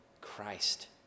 Christ